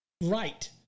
Right